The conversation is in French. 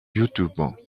youtube